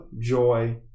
joy